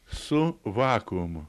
su vakuumu